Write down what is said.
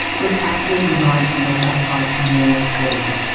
was actually designed to make us type more slowly.